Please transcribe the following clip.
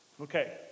Okay